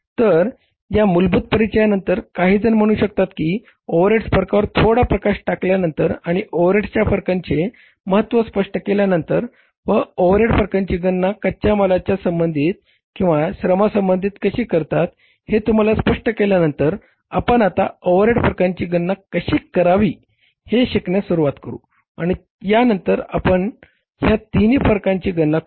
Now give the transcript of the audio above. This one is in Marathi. तर या मूलभूत परिचयानंतर आणि काहीजण म्हणू शकतात की ओव्हरहेडच्या फरकावर थोडा प्रकाश टाकल्यानंतर आणि ओव्हरहेडच्या फरकांचे महत्त्व स्पष्ट केल्यानंतर व ओव्हरहेड फरकांची गणना कच्या माला संबंधी किंवा श्रमासंबंधी कशी करतात हे तुम्हाला स्पष्ट केल्यांनतर आपण आता ओव्हरहेड फरकांची गणना कशी करावी हे शिकण्यास सुरुवात करू आणि त्यानंतर आपण ह्या तिन्ही फरकांची गणना करू